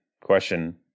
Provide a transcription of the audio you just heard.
question